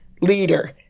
leader